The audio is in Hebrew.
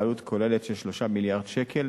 בעלות כוללת של 3 מיליארד שקל,